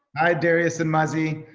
hi darius and muzzie.